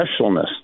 specialness